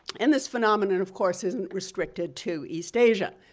and this phenomenon, of course, isn't restricted to east asia.